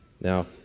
Now